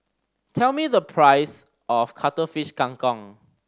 tell me the price of Cuttlefish Kang Kong